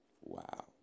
Wow